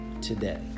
today